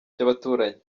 by’abaturanyi